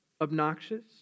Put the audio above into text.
obnoxious